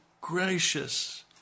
gracious